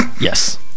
yes